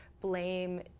blame